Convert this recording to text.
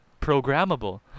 programmable